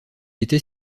était